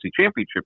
championship